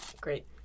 Great